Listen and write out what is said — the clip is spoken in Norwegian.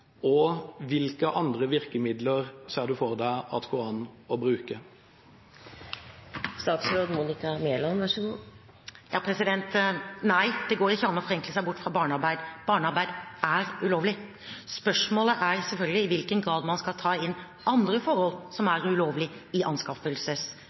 og hvilke andre virkemidler ser hun for seg at det går an å bruke? Nei, det går ikke an å forenkle seg bort fra barnearbeid. Barnearbeid er ulovlig. Spørsmålet er selvfølgelig i hvilken grad man skal ta inn andre forhold som er ulovlige, i